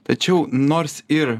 tačiau nors ir